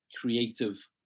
creative